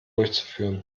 durchzuführen